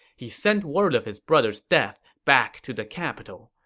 he sent word of his brother's death back to the capital.